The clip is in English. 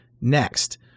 Next